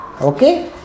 Okay